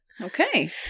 okay